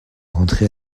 rentré